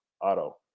Auto